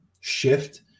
shift